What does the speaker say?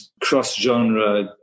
cross-genre